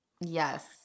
Yes